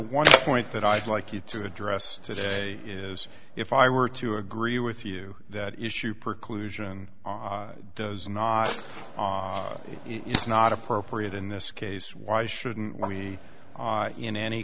one point that i'd like you to address today is if i were to agree with you that issue preclusion does not on it's not appropriate in this case why shouldn't we in any